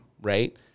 right